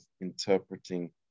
interpreting